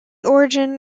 origin